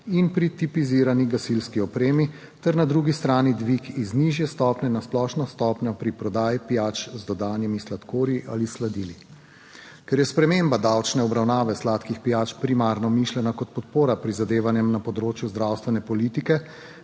in pri tipizirani gasilski opremi, ter na drugi strani dvig iz nižje stopnje na splošno stopnjo pri prodaji pijač z dodanimi sladkorji ali sladili. Ker je sprememba davčne obravnave sladkih pijač primarno mišljena **64. TRAK: (DAG) - 14.15** (nadaljevanje) kot podpora prizadevanjem na področju zdravstvene politike,